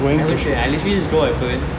haven't shoot yet I literally just draw my weapon